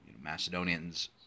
Macedonians